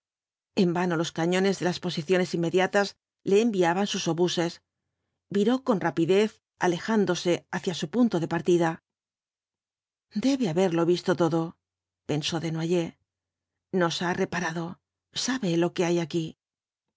en vano los cañones de las posiciones inmediatas le enviaban sus obuses viró con rapidez alejándose hacia su punto de partida los cuatro jikbtss dbl apooalipsls debe haberlo visto todo pensó desnoyer ñor ha reparado sabe lo que hay aquí